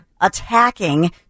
attacking